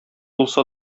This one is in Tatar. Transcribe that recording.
булса